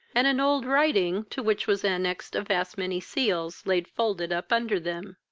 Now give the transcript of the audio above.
and an old writing, to which was annexed a vast many seals, laid folded up under them.